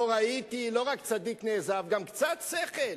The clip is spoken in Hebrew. לא ראיתי, לא רק צדיק נעזב, גם קצת שכל.